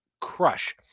Crush